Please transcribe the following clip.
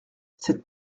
cette